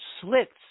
slits